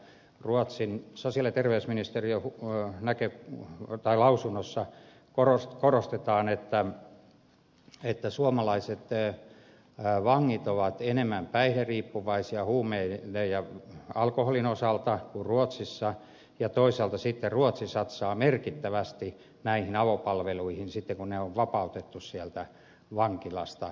ruotsin sosiaali ja terveysministeriön lausunnossa korostetaan että suomalaiset vangit ovat enemmän päihderiippuvaisia huumeiden ja alkoholin osalta kuin ruotsalaiset ja toisaalta sitten ruotsi satsaa merkittävästi näihin avopalveluihin sitten kun vangit on vapautettu sieltä vankilasta